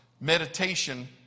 meditation